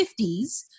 1950s